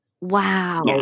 Wow